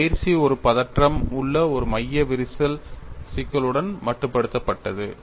இந்த பயிற்சி ஒரு பதற்றம் உள்ள ஒரு மைய விரிசல் சிக்கலுடன் மட்டுப்படுத்தப்பட்டது